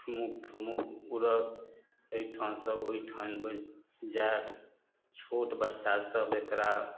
ठुमुक ठुमुक उड़त एहिठाम सऽ ओहिठाम बसि जाएत छोट बच्चा सब एकरा